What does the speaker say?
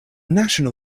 national